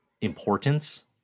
importance